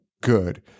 good